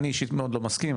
אני אישית מאוד לא מסכים.